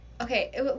okay